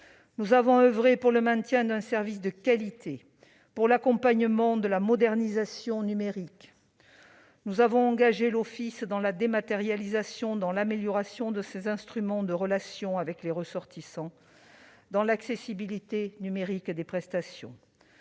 nous avons oeuvré pour le maintien d'un service de qualité, pour l'accompagnement de la modernisation numérique ; nous avons engagé l'Office dans la dématérialisation, dans l'amélioration de ses instruments de relation avec les ressortissants, dans l'accessibilité numérique des prestations.